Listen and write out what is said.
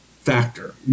factor